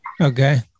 Okay